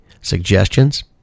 suggestions